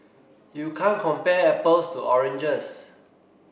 you can't compare apples to oranges